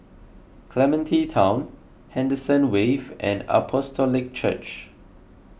Clementi Town Henderson Wave and Apostolic Church